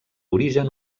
origen